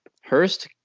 Hurst